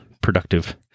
productive